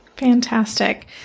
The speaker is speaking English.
Fantastic